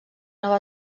nova